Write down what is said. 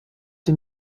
dem